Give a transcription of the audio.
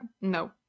no